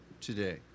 today